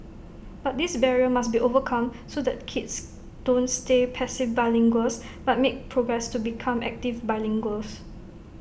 but this barrier must be overcome so that kids don't stay passive bilinguals but make progress to become active bilinguals